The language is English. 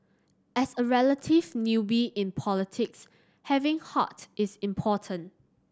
as a relative newbie in politics having heart is important